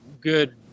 good